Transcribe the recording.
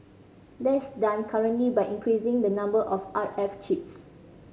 that's done currently by increasing the number of R F chips